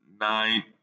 nine